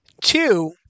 Two –